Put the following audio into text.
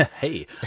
Hey